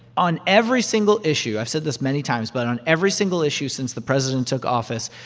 on every single issue i've said this many times, but on every single issue since the president took office,